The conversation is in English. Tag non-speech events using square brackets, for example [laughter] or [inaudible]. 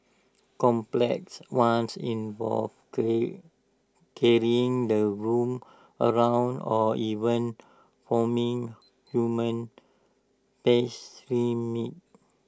complex ones involve [unintelligible] carrying the groom around or even forming [noise] human pyramids